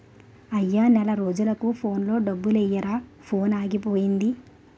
అయ్యా నెల రోజులకు ఫోన్లో డబ్బులెయ్యిరా ఫోనాగిపోయింది